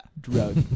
Drug